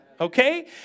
okay